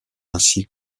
ainsi